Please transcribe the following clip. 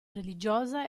religiosa